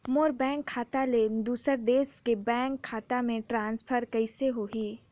मोर bank खाता ले दुसर देश के बैंक खाता मे ट्रांसफर कइसे होही?